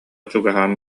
чугаһаан